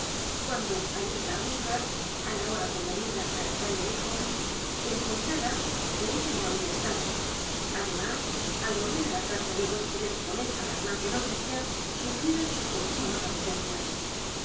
cuando al irla á buscar á la hora convenida a l a calle de drómes encontrara que ella no el misterio de maría rogét había estado además al volver á la casa de huespedes con esa alarmante noticia supiera su continuada ausencia